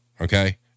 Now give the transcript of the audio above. okay